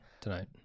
tonight